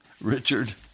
Richard